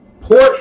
port